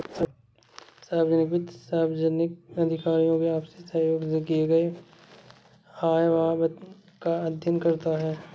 सार्वजनिक वित्त सार्वजनिक अधिकारियों की आपसी सहयोग से किए गये आय व व्यय का अध्ययन करता है